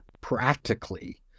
practically